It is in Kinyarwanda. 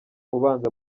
ubanza